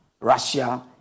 Russia